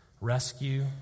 rescue